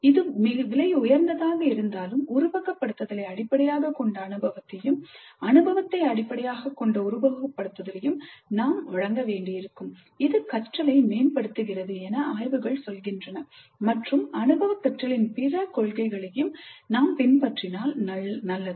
இது விலை உயர்ந்ததாக இருந்தாலும் உருவகப்படுத்துதலை அடிப்படையாகக் கொண்ட அனுபவத்தையும் அனுபவத்தை அடிப்படையாகக்கொண்ட உருவகப்படுத்தலையும் நாம் வழங்க வேண்டியிருக்கும் இது கற்றலை மேம்படுத்துகிறது என ஆய்வுகள் சொல்கின்றன மற்றும் அனுபவ கற்றலின் பிற கொள்கைகளையும் பின்பற்றினால் நல்லது